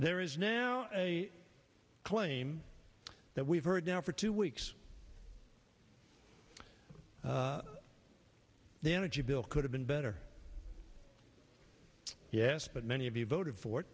there is now a claim that we've heard now for two weeks the energy bill could have been better yes but many of you voted for